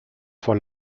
vor